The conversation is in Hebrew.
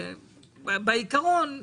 בעיקרון נדון,